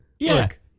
Look